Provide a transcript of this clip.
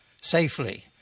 safely